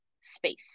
space